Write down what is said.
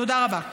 תודה רבה.